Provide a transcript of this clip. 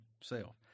self